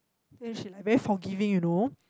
then she like very forgiving you know